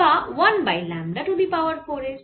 বা 1 by lambda to the power 4 এর